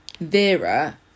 Vera